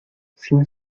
sin